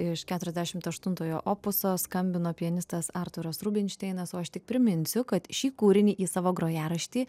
iš keturiasdešim aštuntojo opuso skambino pianistas artūras rubinšteinas o aš tik priminsiu kad šį kūrinį į savo grojaraštį